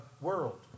world